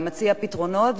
וגם מציע פתרונות,